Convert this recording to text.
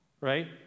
right